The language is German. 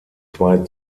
zwei